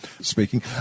speaking